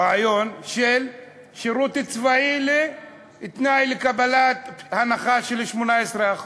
רעיון, של שירות צבאי כתנאי לקבלת הנחה של 18%?